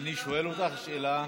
אני שואל אותך שאלה.